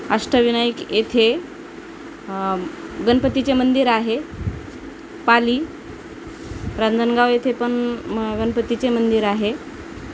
अष्टविनायक येथे गणपतीचे मंदिर आहे पाली रांजणगाव येथेपण मग गणपतीचे मंदिर आहे